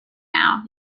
now